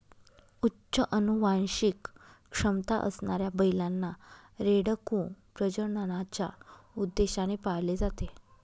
उच्च अनुवांशिक क्षमता असणाऱ्या बैलांना, रेडकू प्रजननाच्या उद्देशाने पाळले जाते